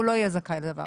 לא יהיה זכאי לדבר הזה.